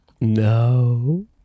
No